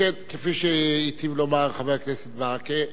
כפי שהיטיב לומר חבר הכנסת ברכה,